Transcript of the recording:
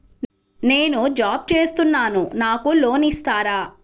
నేను జాబ్ చేస్తున్నాను నాకు లోన్ ఇస్తారా?